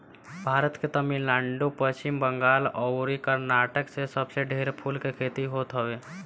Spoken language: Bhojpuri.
भारत के तमिलनाडु, पश्चिम बंगाल अउरी कर्नाटक में सबसे ढेर फूल के खेती होत हवे